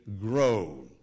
grow